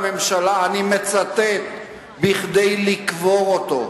לממשלה, אני מצטט: "בכדי לקבור אותו".